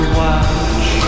watch